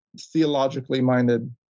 theologically-minded